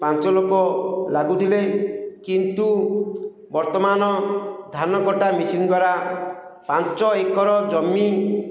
ପାଞ୍ଚ ଲୋକ ଲାଗୁଥିଲେ କିନ୍ତୁ ବର୍ତ୍ତମାନ ଧାନ କଟା ମେସିନ୍ ଦ୍ୱାରା ପାଞ୍ଚ ଏକର ଜମି